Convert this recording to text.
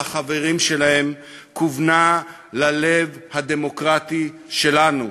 החברים שלהם כוונה ללב הדמוקרטי שלנו.